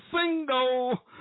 single